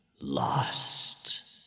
Lost